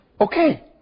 okay